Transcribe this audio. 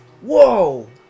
Whoa